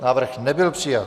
Návrh nebyl přijat.